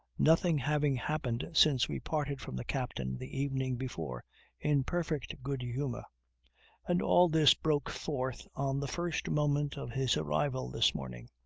nothing having happened since we parted from the captain the evening before in perfect good humor and all this broke forth on the first moment of his arrival this morning.